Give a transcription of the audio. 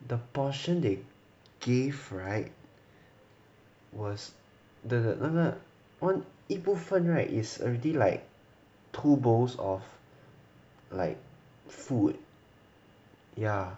the portion they give [right] was the 那个 on 一部分 [right] is already like two bowls of like food ya